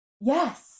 Yes